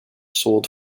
sold